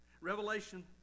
Revelation